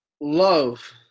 love